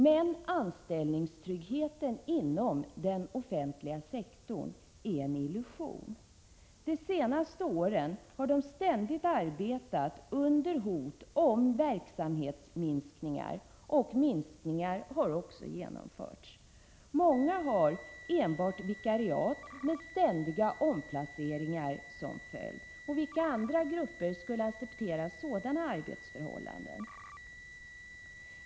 Men anställningstryggheten inom den offentliga sektorn är en illusion. De senaste åren har de ständigt arbetat under hot om verksamhetsminskningar, och minskningar har också genomförts. Många har enbart vikariat med ständiga omplaceringar som följd. Vilka andra grupper skulle acceptera sådana arbetsförhållanden?